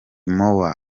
moore